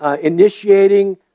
initiating